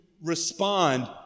respond